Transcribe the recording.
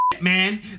Man